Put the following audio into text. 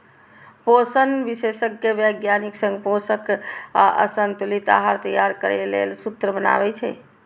पोषण विशेषज्ञ वैज्ञानिक संग पोषक आ संतुलित आहार तैयार करै लेल सूत्र बनाबै छै